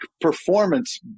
performance